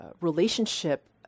relationship